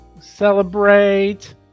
Celebrate